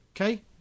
Okay